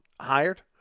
hired